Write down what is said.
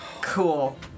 Cool